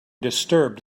disturbed